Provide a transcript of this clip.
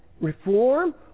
reform